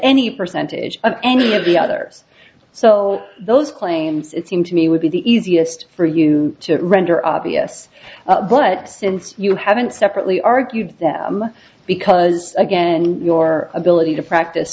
any percentage of any of the others so those claims it seem to me would be the easiest for you to render obvious but since you haven't said partly argued them because again and your ability to practice